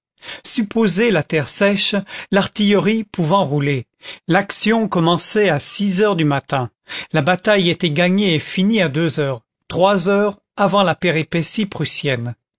supposez la terre sèche l'artillerie pouvant rouler l'action commençait à six heures du matin la bataille était gagnée et finie à deux heures trois heures avant la péripétie prussienne